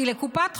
כי לקופת חולים,